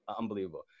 Unbelievable